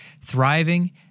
thriving